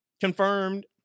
Confirmed